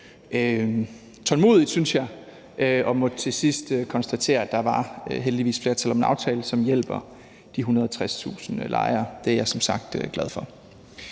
tålmodigt, synes jeg, og måtte til sidst konstatere, at der heldigvis var et flertal for en aftale, der hjælper de 160.000 lejere. Det er jeg som sagt glad for.